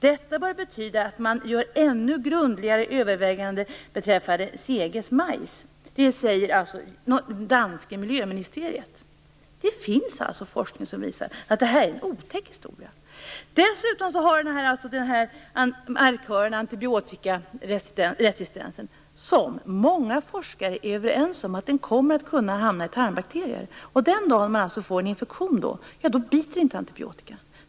Detta bör betyda att man gör ännu grundligare överväganden om C-G:s majs. Så säger det danska miljöministeriet. Det finns alltså forskning som visar att detta är en otäck historia. Dessutom är många forskare överens om att markören med antibiotikaresistens kommer att kunna hamna i tarmbakterier. Det får till följd att den dagen man får en infektion så biter inte antibiotikan.